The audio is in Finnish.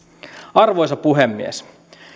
arvoisa puhemies